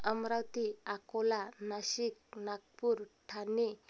Amravati Akola Nashik Nagpur Thane